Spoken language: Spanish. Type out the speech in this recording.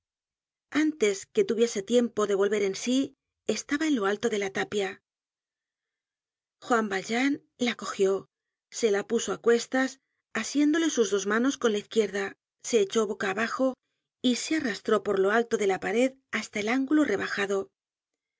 antes que tuviese tiempo de volver en sí estaba en lo alto de la tapia juan valjean la cogió se la puso á cuestas asiéndole sus dos manos con la izquierda se echó boca abajo y se arrastró por lo alto de la pared hasta el ángulo rebajado